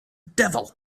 devil